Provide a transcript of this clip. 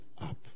up